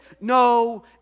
no